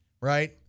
Right